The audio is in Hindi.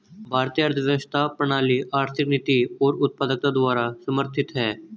भारतीय अर्थव्यवस्था प्रणाली आर्थिक नीति और उत्पादकता द्वारा समर्थित हैं